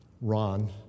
Ron